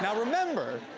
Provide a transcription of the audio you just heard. yeah remember,